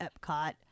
Epcot